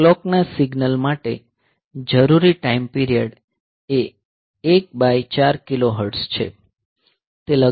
આ કલોક ના સિગ્નલ માટે જરૂરી ટાઈમપીરીયડ એ 1 બાય 4 કિલોહર્ટ્ઝ છે